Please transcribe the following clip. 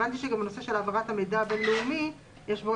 הבנתי שגם נושא העברת מידע בין-לאומי יש בו